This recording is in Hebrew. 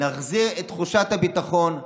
נחזיר את תחושת הביטחון,